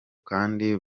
kandi